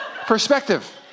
Perspective